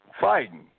fighting